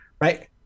right